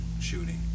shooting